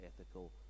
ethical